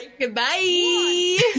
Goodbye